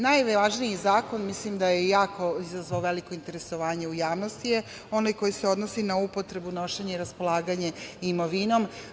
Najvažniji zakon, mislim da je izazvao jako veliko interesovanje u javnosti, je onaj koji se odnosi na upotrebu, nošenje i raspolaganje imovinom.